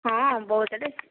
ହଁ ବହୁତ ବାଟ